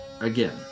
again